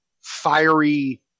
fiery